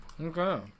okay